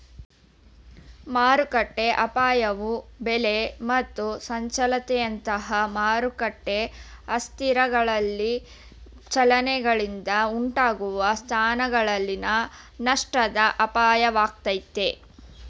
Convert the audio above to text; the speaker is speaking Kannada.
ಮಾರುಕಟ್ಟೆಅಪಾಯವು ಬೆಲೆ ಮತ್ತು ಚಂಚಲತೆಯಂತಹ ಮಾರುಕಟ್ಟೆ ಅಸ್ಥಿರಗಳಲ್ಲಿ ಚಲನೆಗಳಿಂದ ಉಂಟಾಗುವ ಸ್ಥಾನಗಳಲ್ಲಿನ ನಷ್ಟದ ಅಪಾಯವಾಗೈತೆ